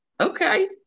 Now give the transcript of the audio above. Okay